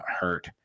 hurt